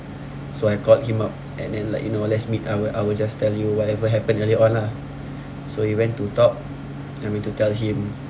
so I called him up and then like you know let's meet I will I will just tell you whatever happen early on lah so he went to talk I went to tell him